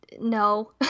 No